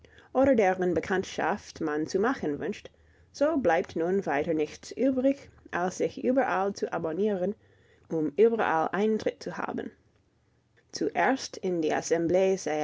oder deren bekanntschaft man zu machen wünscht so bleibt nun weiter nichts übrig als sich überall zu abonnieren um überall eintritt zu haben zuerst in die